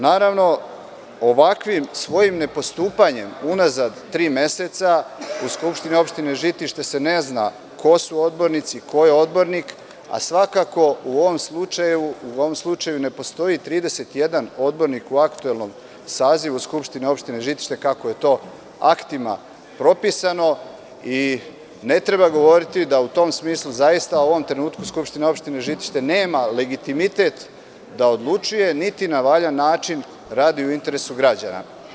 Naravno, ovakvim svojim nepostupanjem unazad tri meseca u Skupštini opštine Žitište se ne zna ko su odbornici, ko je odbornik, a svakako u ovom slučaju ne postoji 31 odbornik u aktuelnom sazivu Skupštine opštine Žitište, kako je to aktima propisano i ne treba govoriti da u tom smislu, zaista u ovom trenutku Skupština opštine Žitište nema legitimitet da odlučuje, niti na valjan način radi u interesu građana.